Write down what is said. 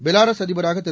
Belarus அதிபராக திரு